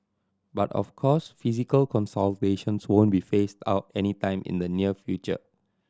but of course physical consultations won't be phased out anytime in the near future